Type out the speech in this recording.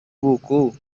buku